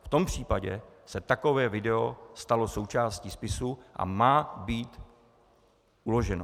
V tom případě se takové video stalo součástí spisu a má být uloženo.